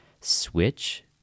switch